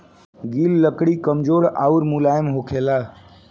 गिल लकड़ी कमजोर अउर मुलायम होखेला